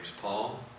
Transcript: Paul